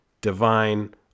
divine